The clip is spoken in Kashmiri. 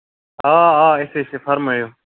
آ آ أسی چھِ فرمٲیِو